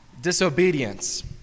disobedience